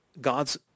God's